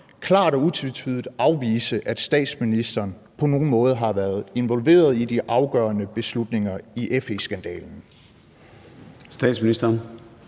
klart og utvetydigt afvise, at statsministeren på nogen måde har været involveret i de afgørende beslutninger i FE-skandalen? Kl.